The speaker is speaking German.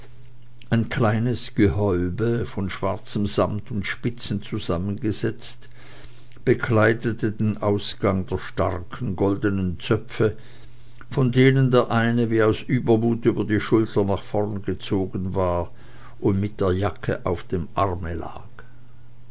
ein kleines gehäube von schwarzem samt und spitzen zusammengesetzt bekleidete den ausgang der starken goldenen zöpfe von denen der eine wie aus übermut über die schulter nach vorn gezogen war und mit der jacke auf dem arme lag